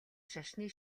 шашны